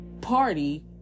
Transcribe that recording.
party